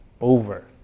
over